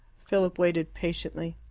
philip waited patiently.